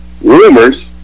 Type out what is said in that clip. rumors